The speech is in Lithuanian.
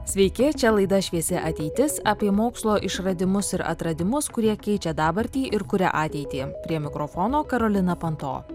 sveiki čia laida šviesi ateitis apie mokslo išradimus ir atradimus kurie keičia dabartį ir kuria ateitį prie mikrofono karolina panto